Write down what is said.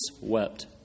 wept